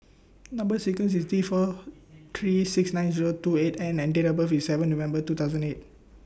Number sequence IS T four three six nine Zero two eight N and Date of birth IS seven November two thousand and eight